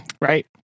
right